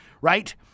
right